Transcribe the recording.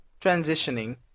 transitioning